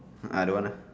I don't want lah